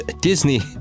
Disney